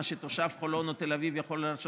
מה שתושב חולון או תל אביב יכול להרשות